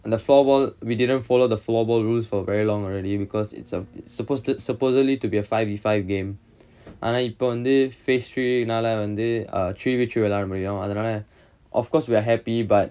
the floorball we didn't follow the floorball rules for very long already because it's a supposed supposedly to be a five verses five game ஆனா இப்ப வந்து:aanaa ippa vanthu phase three வந்து:vanthu three verses three விளையாட முடியும் அதுனால:vilaiyaada mudiyum athunaala of course we are happy but